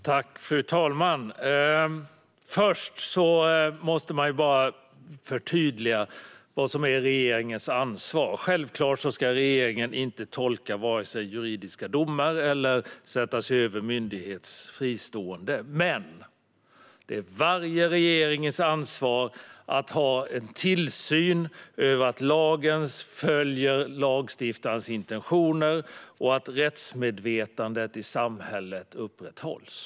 Fru talman! Först måste jag bara förtydliga vad som är regeringens ansvar. Självklart ska regeringen inte vare sig tolka juridiska domar eller sätta sig över fristående myndigheter. Men det är varje regerings ansvar att ha en tillsyn över att lagen följer lagstiftarens intentioner och att rättsmedvetandet i samhället upprätthålls.